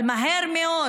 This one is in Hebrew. אבל מהר מאוד